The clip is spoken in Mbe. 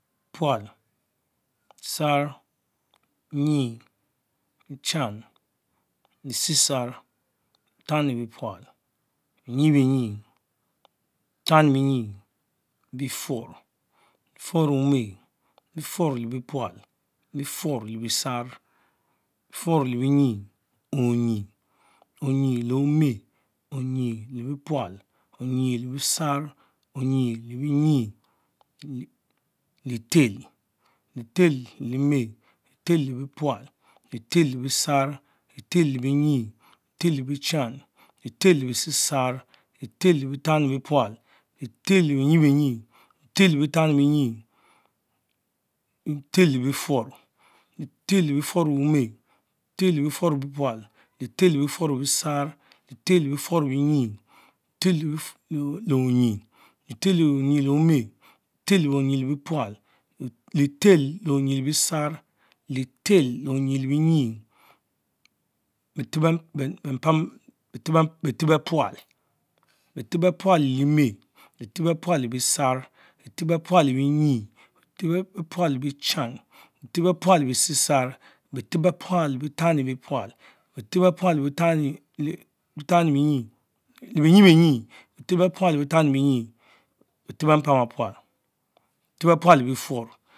Bepnal, Besan, Benieyi, Bechon, Besiesar, fani bepul, Berie benzi, tamne benyi, Befun, Befur le ome, Befur le bepual, Befurrle besar, Befur le benyie, ontie, omyje le ome, omyie le bepual, Onge le Besar, Onyie le benyie, letel, letel le lieme, Lefel le bepanal, lebel le besar, letel le benissi, letel le bechan, Letetale besie sam, befel le betani bepual, Lefel le benyiebenyie, lefel le betari biemyse, lebel le biefurr, letel le biefur le ome, lebel le brefur le bepual lefel le brefur le besarr cetel le biefur le beniyi, letel le onyi, Leter ome le Onyile, lefel le omni le bepaul, letel le onyi le besarr, lefel le onye le benvie, betep bepual le ime, betep bepual le bepual, betep le besam le benzie bepnal betep bepual, beahan betep bepual le, betep bepnal le bresie sam, betep bepnal le betanibepul, setep bepnal le beniebenyi betep bepual le betanibenyi, bekep bepam bepual, betep bepual le be befurr